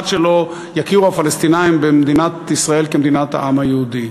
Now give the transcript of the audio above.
עד שלא יכירו הפלסטינים במדינת ישראל כמדינת העם היהודי.